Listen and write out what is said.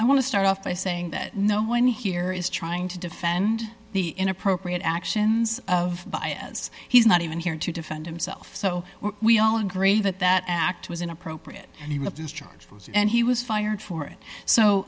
i want to start off by saying that no one here is trying to defend the inappropriate actions of baez he's not even here to defend himself so we all agree that that act was inappropriate and he was discharged and he was fired for it so